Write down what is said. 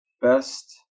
best